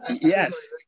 Yes